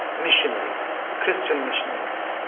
missionaries, christian missionaries,